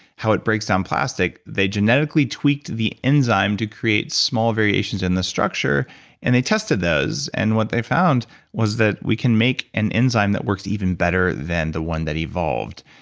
how it breaks some plastic. they genetically tweaked the enzyme to create small variations in the structure and they tested those and what they found was that we can make an enzyme that works even better than the one that evolved.